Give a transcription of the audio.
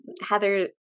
Heather